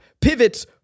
pivots